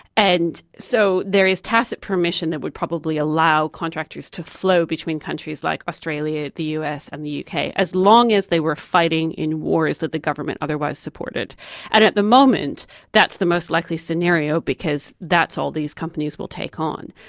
and so there is tacit permission that would probably allow contractors to flow between countries like australia, the us and the uk, as long as they were fighting in wars that the government otherwise supported. and at the moment that's the most likely scenario, because that's all these companies will take on.